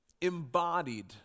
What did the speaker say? embodied